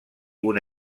una